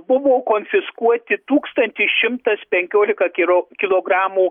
buvo konfiskuoti tūkstantis šimtas penkiolika kiro kilogramų